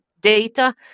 data